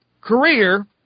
career